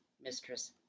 Mistress